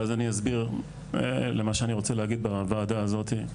ואז אני אסביר למה שאני רוצה להגיד בוועדה הזאת.